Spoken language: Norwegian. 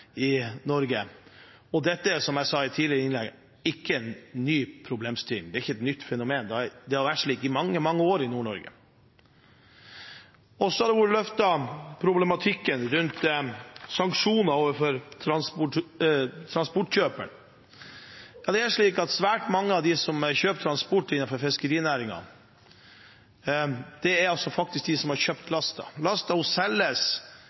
i Norge. Dette er, som jeg sa i et tidligere innlegg, ikke en ny problemstilling. Det er ikke et nytt fenomen, det har vært slik i mange, mange år i Nord-Norge. Så har problematikken rundt sanksjoner overfor transportkjøperen vært løftet. Ja, det er slik at svært mange av dem som kjøper transport innenfor fiskerinæringen, faktisk er de som har kjøpt lasten. Lasten selges